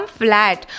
flat